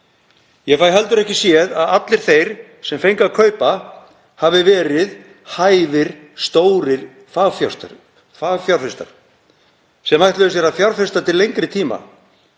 Ég fæ heldur ekki séð að allir þeir sem fengu að kaupa hafi verið hæfir, stórir fagfjárfestar sem ætla sér að fjárfesta til lengri tíma.